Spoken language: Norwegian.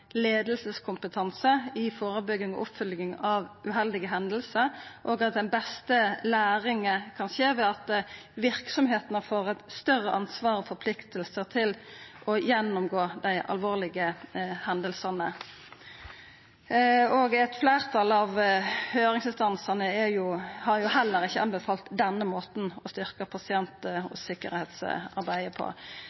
leiingskompetansen i førebygging og oppfølging av uheldige hendingar, og at den beste læringa kan skje ved at verksemdene får eit større ansvar og forplikting til å gjennomgå dei alvorlege hendingane. Eit fleirtal av høyringsinstansane har heller ikkje anbefalt denne måten å styrkja pasient-